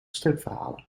stripverhalen